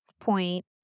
point